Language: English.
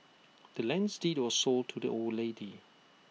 the land's deed was sold to the old lady